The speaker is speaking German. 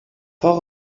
port